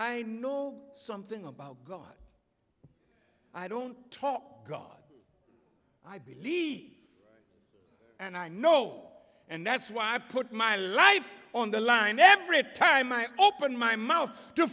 i know something about god i don't talk god i believe and i know and that's why i put my life on the line every time i open my mouth to